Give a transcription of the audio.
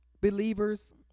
Believers